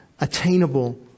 attainable